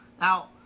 Now